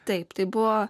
taip tai buvo